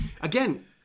again